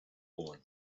woman